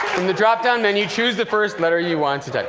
and the drop-down menu, choose the first letter you want to type.